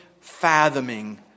fathoming